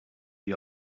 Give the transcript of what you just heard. the